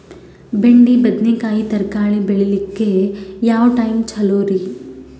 ಬೆಂಡಿ ಬದನೆಕಾಯಿ ತರಕಾರಿ ಬೇಳಿಲಿಕ್ಕೆ ಯಾವ ಟೈಮ್ ಚಲೋರಿ?